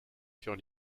sur